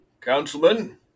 Councilman